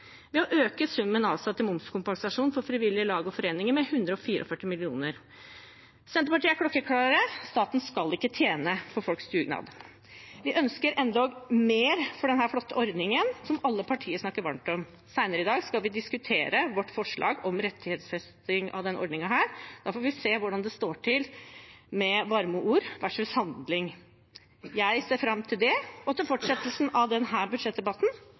ved å øke summen avsatt til momskompensasjon for frivillige lag og foreninger med 144 mill. kr. Senterpartiet er klokkeklare: Staten skal ikke tjene på folks dugnad. Vi ønsker endog mer for denne flotte ordningen som alle partier snakker varmt om. Senere i dag skal vi diskutere vårt forslag om rettighetsfesting av denne ordningen. Da får vi se hvordan det står til med varme ord versus handling. Jeg ser fram til det og til fortsettelsen av denne budsjettdebatten,